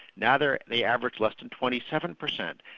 now they they average less than twenty seven percent.